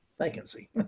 vacancy